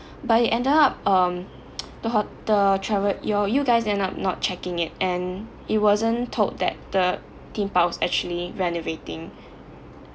but it ended up um the ho~ the travel your you guys end up not checking it and it wasn't told that the theme park was actually renovating